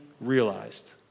realized